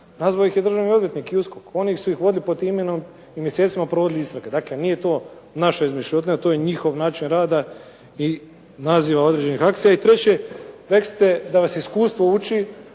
Nazvao ih je državni odvjetnik i USKOK. Oni su ih vodili pod tim imenom i mjesecima provodili istrage. Dakle, nije to naša izmišljotina. To je njihov način rada i naziva određenih akcija. I treće, rekli ste da vas iskustvo uči